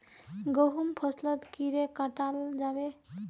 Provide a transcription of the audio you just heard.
गहुम फसल कीड़े कटाल जाबे?